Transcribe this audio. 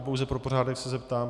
Pouze pro pořádek se zeptám.